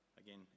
again